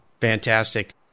Fantastic